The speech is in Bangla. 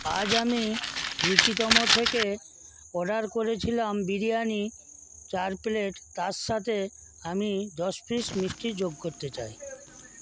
আজ আমি রুচিতম থেকে অর্ডার করেছিলাম বিরিয়ানি চার প্লেট তার সাথে আমি দশ পিস মিষ্টি যোগ করতে চাই